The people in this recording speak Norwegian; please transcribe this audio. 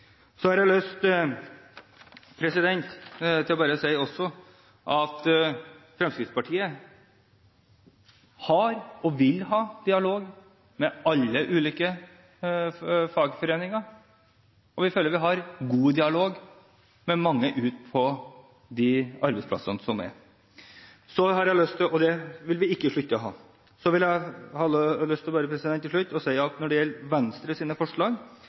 Så har jeg bare lyst til å si at Fremskrittspartiet har og vil ha dialog med alle ulike fagforeninger. Vi føler at vi har god dialog med mange som er på arbeidsplassene. Det vil vi ikke slutte å ha. Så vil jeg bare til slutt si at når det gjelder Venstres forslag, vil Fremskrittspartiet støtte forslagene nr. 7, 8 og 9. Arbeid for alle er den viktigaste målsetjinga for den raud-grøne regjeringa. Det